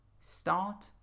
start